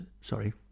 sorry